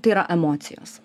tai yra emocijos